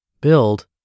build